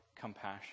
compassion